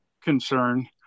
concern